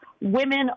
women